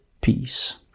peace